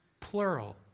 plural